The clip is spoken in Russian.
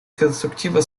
конструктивно